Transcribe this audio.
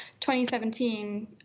2017